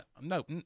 No